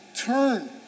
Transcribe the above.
turn